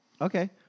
Okay